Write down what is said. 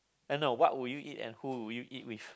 uh no what would you eat and who would you eat with